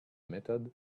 method